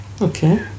Okay